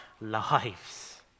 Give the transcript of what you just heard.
lives